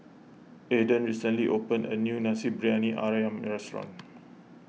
Aaden recently opened a new Nasi Briyani Ayam restaurant